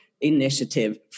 initiative